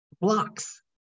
blocks